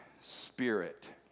Spirit